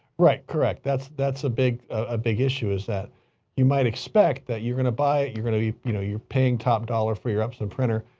right. correct. that's, that's a big, a big issue is that you might expect that you're going to buy it. you're going to be, you know paying top dollar for your epson printer,